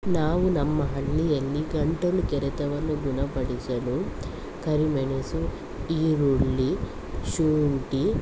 ನಾವು ನಮ್ಮ ಹಳ್ಳಿಯಲ್ಲಿ ಗಂಟಲು ಕೆರೆತವನ್ನು ಗುಣಪಡಿಸಲು ಕರಿಮೆಣಸು ಈರುಳ್ಳಿ ಶುಂಠಿ